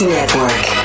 Network